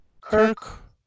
Kirk